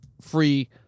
free